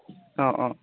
অঁ অঁ